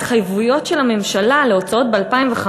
ההתחייבויות של הממשלה להוצאות ב-2015